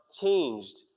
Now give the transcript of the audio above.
changed